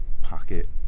pocket